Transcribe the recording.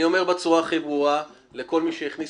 אני אומר בצורה הכי ברורה לכל מי שהכניס